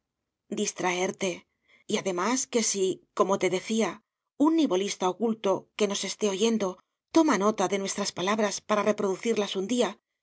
distraerte y además que si como te decía un nivolista oculto que nos esté oyendo toma nota de nuestras palabras para reproducirlas un día